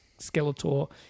Skeletor